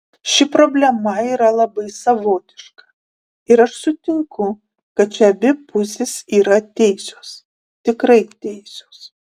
ši problema yra labai savotiška ir aš sutinku kad čia abi pusės yra teisios tikrai teisios